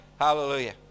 Hallelujah